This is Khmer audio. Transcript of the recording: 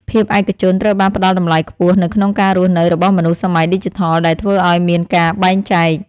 ភាពឯកជនត្រូវបានផ្ដល់តម្លៃខ្ពស់នៅក្នុងការរស់នៅរបស់មនុស្សសម័យឌីជីថលដែលធ្វើឱ្យមានការបែងចែក។